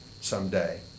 someday